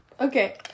Okay